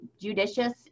judicious